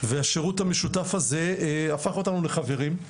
והשירות המשותף הזה הפך אותנו לחברים.